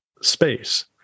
space